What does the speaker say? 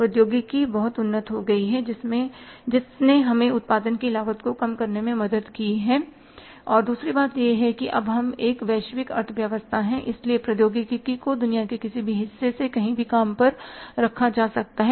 प्रौद्योगिकी बहुत उन्नत हो गई है जिसने हमें उत्पादन की लागत को कम करने में मदद की है और दूसरी बात यह है कि अब हम एक वैश्विक अर्थव्यवस्था हैं इसलिए प्रौद्योगिकी को दुनिया के किसी भी हिस्से से कहीं भी काम पर रखा जा सकता है